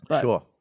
Sure